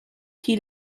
qui